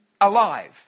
alive